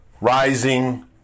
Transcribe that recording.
Rising